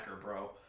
bro